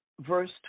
verse